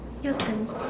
your turn